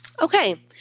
Okay